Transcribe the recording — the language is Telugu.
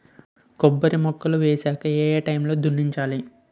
కొబ్బరి మొక్కలు వేసాక ఏ ఏ టైమ్ లో దున్నించాలి?